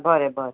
बरें बरें